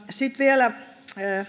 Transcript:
sitten vielä